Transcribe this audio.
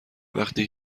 وقتی